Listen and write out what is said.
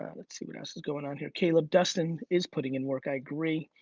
um let's see what else is going on here. caleb dustin is putting in work. i agree.